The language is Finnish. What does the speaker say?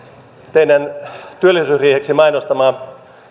teidän työllisyysriiheksi mainostamanne